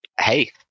hey